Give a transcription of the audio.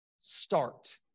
start